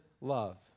love